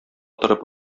торып